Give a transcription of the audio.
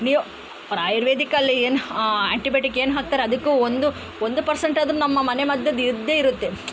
ನೀವು ಆಯುರ್ವೇದಿಕ್ಕಲ್ಲಿ ಏನು ಆಂಟಿಬಯಟಿಕ್ ಏನು ಹಾಕ್ತಾರೆ ಅದಕ್ಕೂ ಒಂದು ಒಂದು ಪರ್ಸೆಂಟ್ ಆದರೂ ನಮ್ಮ ಮನೆಮದ್ದದ್ದು ಇದ್ದೇ ಇರುತ್ತೆ